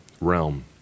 realm